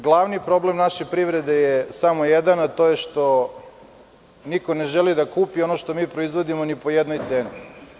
Glavni problem naše privrede je samo jedan, a to je što niko ne želi da kupi ono što mi proizvodimo ni po jednoj ceni.